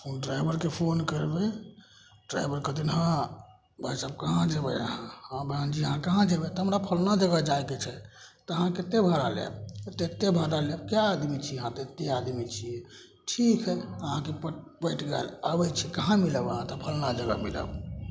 ड्राइवरके फोन करबै ड्राइवर कहथिन हँ हँ भाइ साहब कहाँ जेबै अहाँ हँ बहनजी अहाँ कहाँ जेबै तऽ हमरा फल्लाँ जगह जाइके छै तऽ अहाँ कतेक भाड़ा लेब तऽ एतेक भाड़ा लेब कै आदमी छी अहाँ एतेक आदमी छिए ठीक हइ अहाँके पट पटि गेल आबै छी कहाँ मिलब अहाँ हँ तऽ फल्लाँ जगह मिलब